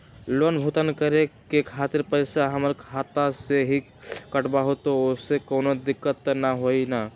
Loan भुगतान करे के खातिर पैसा हमर खाता में से ही काटबहु त ओसे कौनो दिक्कत त न होई न?